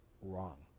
wrong